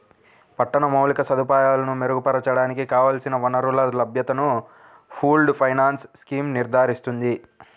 పట్టణ మౌలిక సదుపాయాలను మెరుగుపరచడానికి కావలసిన వనరుల లభ్యతను పూల్డ్ ఫైనాన్స్ స్కీమ్ నిర్ధారిస్తుంది